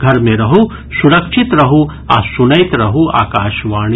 घर मे रहू सुरक्षित रहू आ सुनैत रहू आकाशवाणी